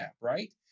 right